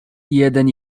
jeden